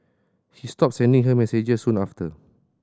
he stopped sending her messages soon after